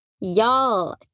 Y'all